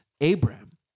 Abraham